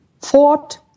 fought